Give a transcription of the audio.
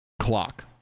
Clock